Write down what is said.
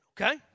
okay